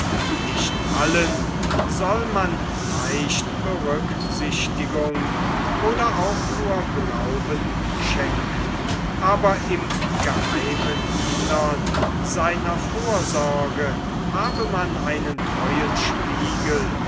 nicht allen soll man leicht berücksichtigung oder auch nur glauben schenken aber im geheimen innern seiner vorsorge habe man einen treuen spiegel